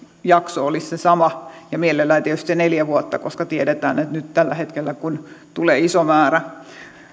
jakso olisi se sama ja mielellään tietysti neljä vuotta koska tiedetään että nyt tällä hetkellä kun tulee iso määrä